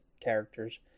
characters